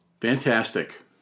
Fantastic